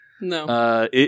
No